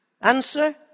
Answer